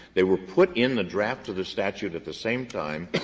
they were put in the draft of the statute at the same time,